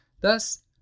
Thus